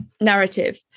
narrative